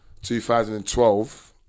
2012